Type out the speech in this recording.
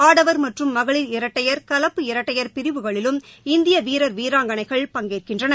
ஆடவர் மற்றும் மகளிர் இரட்டையர் கலப்பு இரட்டையர் பிரிவுகளிலும் இந்திய வீரர் வீராங்கனைகள் பங்கேற்கின்றனர்